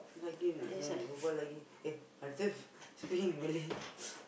lagi nak kena berbual lagi eh I still speaking in Malay